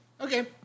Okay